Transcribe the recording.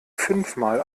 fünfmal